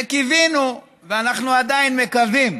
וקיווינו, ואנחנו עדיין מקווים,